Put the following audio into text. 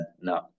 no